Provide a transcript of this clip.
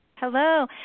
Hello